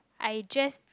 I just